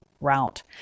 route